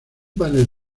panel